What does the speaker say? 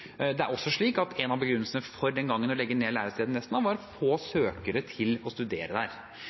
Det er også slik at en av begrunnelsene for den gangen å legge ned lærestedet Nesna, var få søkere til å studere der.